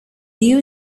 you